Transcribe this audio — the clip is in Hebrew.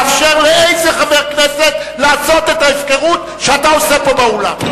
לאפשר לאיזה חבר כנסת לעשות את ההפקרות שאתה עושה פה באולם.